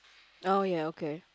oh ya okay